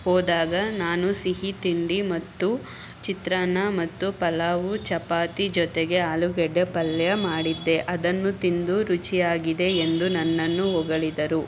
ಹೋದಾಗ ನಾನು ಸಿಹಿತಿಂಡಿ ಮತ್ತು ಚಿತ್ರಾನ್ನ ಮತ್ತು ಪಲಾವು ಚಪಾತಿ ಜೊತೆಗೆ ಆಲೂಗಡ್ಡೆ ಪಲ್ಯ ಮಾಡಿದ್ದೆ ಅದನ್ನು ತಿಂದು ರುಚಿಯಾಗಿದೆ ಎಂದು ನನ್ನನ್ನು ಹೊಗಳಿದರು